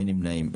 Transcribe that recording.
אין נמנעים.